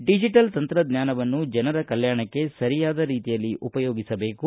digital ತಂತ್ರಜ್ಞಾನವನ್ನು ಜನರ ಕಲ್ಯಾಣಕ್ಕೆ ಸರಿಯಾದ ರೀತಿಯಲ್ಲಿ ಉಪಯೋಗಿಸಬೇಕು